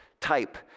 type